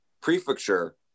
prefecture